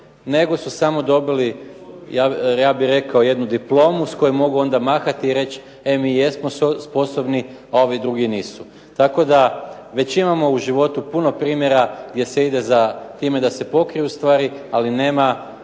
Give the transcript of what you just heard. nego su samo dobili, ja bih rekao, jednu diplomu s kojom mogu onda mahati i reći: "E mi jesmo sposobni, a ovi drugi nisu." Tako da već imamo u životu puno primjera gdje se ide za time da se pokriju stvari, ali nema